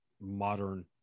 modern